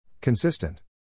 Consistent